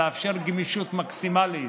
לאפשר גמישות מקסימלית.